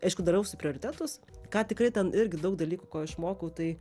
aišku darausi prioritetus ką tikrai ten irgi daug dalykų ko išmokau tai